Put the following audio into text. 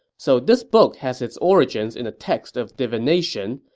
so this book has its origins in a text of divination,